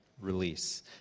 release